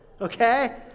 okay